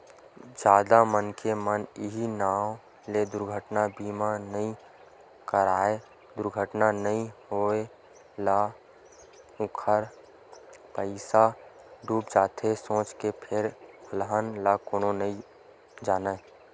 जादा मनखे मन इहीं नांव ले दुरघटना बीमा नइ कराय दुरघटना नइ होय त ओखर पइसा डूब जाथे सोच के फेर अलहन ल कोनो नइ जानय